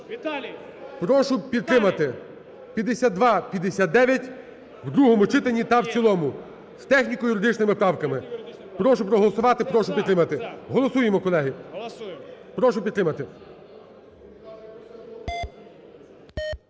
прошу підтримати 5259 в другому читанні та в цілому з техніко-юридичними правками. Прошу проголосувати, прошу підтримати. Голосуємо, колеги. Прошу підтримати.